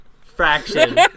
fraction